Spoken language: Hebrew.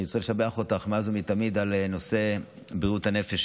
אני רוצה לשבח אותך שאת מאז ומתמיד על נושא בריאות הנפש,